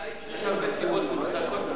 אני יכול להעיד שיש הרבה סיבות מוצדקות לכך.